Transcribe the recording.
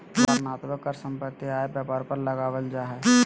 वर्णनात्मक कर सम्पत्ति, आय, व्यापार पर लगावल जा हय